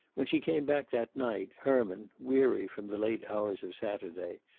when she came back that night, herman, weary from the late hours of saturday,